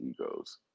egos